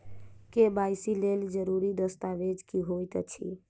KYC लेल जरूरी दस्तावेज की होइत अछि?